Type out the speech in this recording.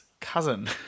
cousin